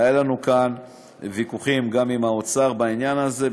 היו לנו כאן ויכוחים גם עם האוצר בעניין הזה,